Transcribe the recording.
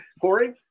Corey